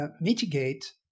mitigate